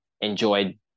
enjoyed